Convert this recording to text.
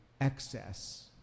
excess